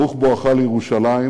ברוך בואך לירושלים.